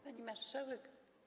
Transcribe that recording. Pani Marszałek!